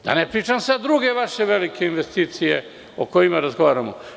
Da ne pričam sad druge vaše velike investicije o kojima razgovaramo.